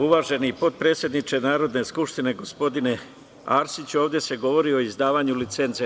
Uvaženi potpredsedniče Narodne skupštine gospodine Arsiću, ovde se govori o izdavanju licence.